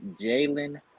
Jalen